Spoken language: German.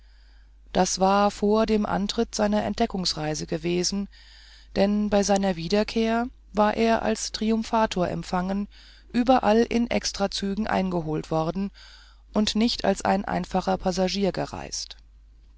das war vor dem antritt seiner entdeckungsreise gewesen denn bei seiner wiederkehr war er als triumphator empfangen überall in extrazügen eingeholt worden und nicht als einfacher passagier gereist